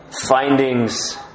Findings